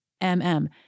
M-M